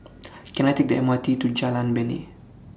Can I Take The M R T to Jalan Bena